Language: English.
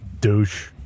Douche